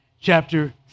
chapter